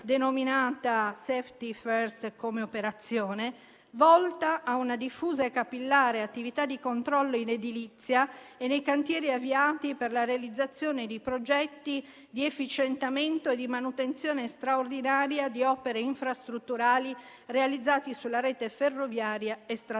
denominata operazione Safety First, volta a una diffusa e capillare attività di controllo in edilizia e nei cantieri avviati per la realizzazione di progetti di efficientamento e di manutenzione straordinaria di opere infrastrutturali realizzate sulla rete ferroviaria e stradale.